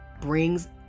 brings